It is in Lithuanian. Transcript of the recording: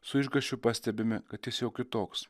su išgąsčiu pastebime kad jis jau kitoks